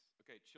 okay